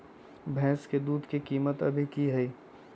भैंस के दूध के कीमत अभी की हई?